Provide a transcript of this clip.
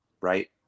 right